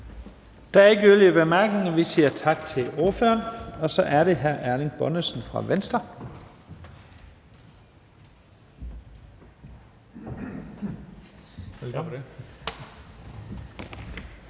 Der er ikke yderligere korte bemærkninger. Vi siger tak til ordføreren, og så er det hr. Erling Bonnesen fra Venstre. Kl.